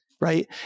right